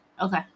Okay